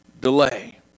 delay